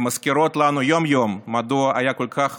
הן מזכירות לנו יום-יום מדוע היה כל כך